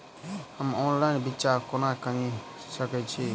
हम ऑनलाइन बिच्चा कोना किनि सके छी?